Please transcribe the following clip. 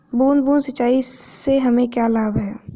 बूंद बूंद सिंचाई से हमें क्या लाभ है?